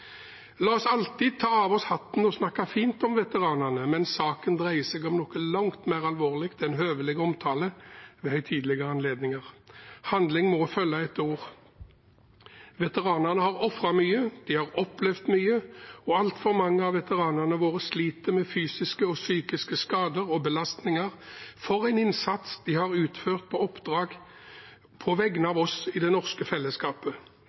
La oss alltid ta av oss hatten og snakke fint om veteranene, men saken dreier seg om noe langt mer alvorlig enn høvelig omtale ved høytidelige anledninger. Handling må følge etter ord. Veteranene har ofret mye, de har opplevd mye, og altfor mange av veteranene våre sliter med fysiske og psykiske skader og belastninger for en innsats de har utført på oppdrag på vegne av oss i det norske fellesskapet.